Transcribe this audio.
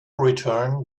return